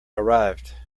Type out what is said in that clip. arrived